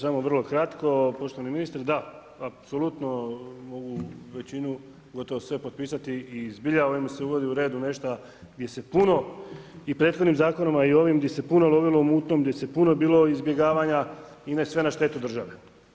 Samo vrlo kratko, poštovani ministre, da apsolutno većinu gotovo sve potpisati i zbilja ovim se uvod u red nešto gdje se puno i prethodnim zakonima a i ovim gdje se puno lovilo u mutnom, gdje je puno bilo izbjegavanja, ide sve na štetu države.